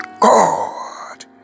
God